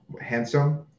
handsome